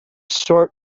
sort